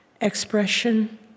expression